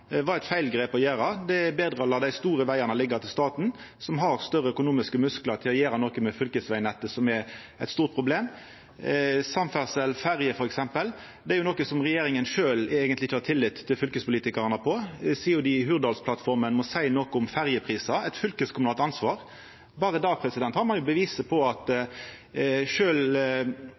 var eit feilgrep å gjera det. Det er betre å la dei store vegane liggja til staten, som har større økonomiske musklar til å gjera noko med fylkesvegnettet, som er eit stort problem. Samferdsel, f.eks. ferjer, er noko regjeringa sjølv eigentleg ikkje har tillit til fylkespolitikarane på. I Hurdalsplattforma seier dei noko om ferjeprisar, som er eit fylkeskommunalt ansvar. Berre der har ein beviset på at